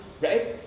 right